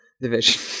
division